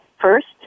first